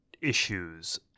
issues